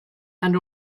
and